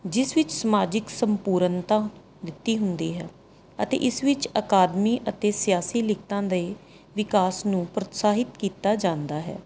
ਜਿਸ ਵਿੱਚ ਸਮਾਜਿਕ ਸੰਪੂਰਨਤਾ ਦਿੱਤੀ ਹੁੰਦੀ ਹੈ ਅਤੇ ਇਸ ਵਿੱਚ ਅਕਾਦਮੀ ਅਤੇ ਸਿਆਸੀ ਲਿਖਤਾਂ ਦੇ ਵਿਕਾਸ ਨੂੰ ਪ੍ਰੋਤਸਾਹਿਤ ਕੀਤਾ ਜਾਂਦਾ ਹੈ